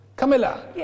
Camilla